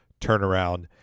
turnaround